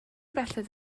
belled